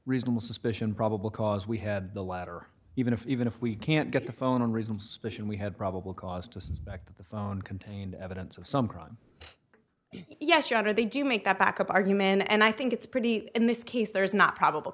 reasonable suspicion probable cause we had the latter even if even if we can't get the phone reason special we had probable cause to suspect that the phone contained evidence of some crime yes your honor they do make that backup argument and i think it's pretty in this case there is not probable